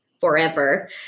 forever